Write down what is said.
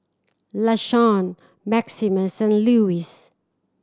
Lashawn Maximus and Lewis